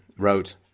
wrote